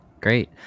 Great